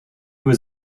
was